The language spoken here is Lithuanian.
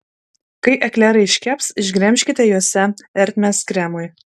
kai eklerai iškeps išgremžkite juose ertmes kremui